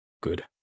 good